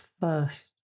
first